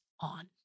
on